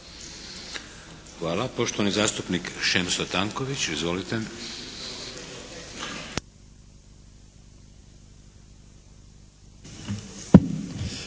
Hvala. Poštovani zastupnik Šemso Tanković. Izvolite.